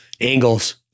angles